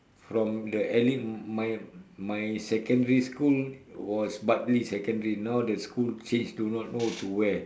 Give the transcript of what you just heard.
from the Elling my my secondary school was Bartley secondary now the school change to do not know to where